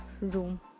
room